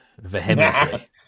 vehemently